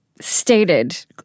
stated